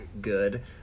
good